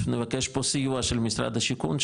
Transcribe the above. נבקש פה סיוע של משרד השיכון,